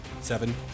seven